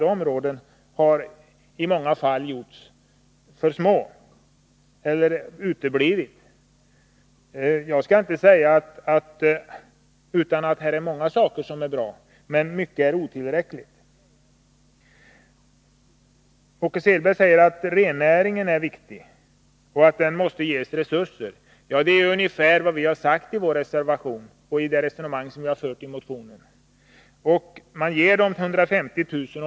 Jag vill inte förneka att många av — 10 maj 1983 förslagen är bra, men i många fall är satsningarna som sagt otillräckliga. Ett av de förslag Åke Selberg tog upp var det som gällde rennäringen. Han sade att denna näring var viktig och måste ges resurser. Det är ungefär vad vi har sagt i vår motion och reservation. Ni ger rennäringen 150 000 kr.